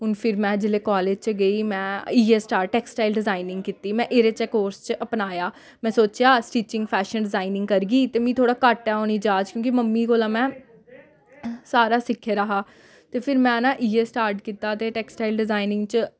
हून फिर में जेल्लै कालेज च गेई में इ'यै स्टार्ट टैक्सटाइल डिजाइनिंग कीती में एह्दे च कोर्स च अपनाया में सोचेआ स्टिचिंग फैशन डिजाइनिंग करगी ते मिगी थोह्ड़ा घट्ट औनी जाच क्योंकि मम्मी कोला में सारा सिक्खे दा हा ते फिर में ना इ'यै स्टार्ट कीता ते टेक्सटाइल डिजाइनिंग च